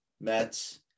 Mets